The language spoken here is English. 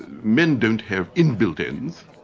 men don't have inbuilt ends,